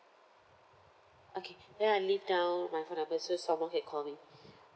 okay then I leave down my phone number so someone can call me